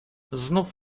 znów